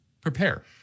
prepare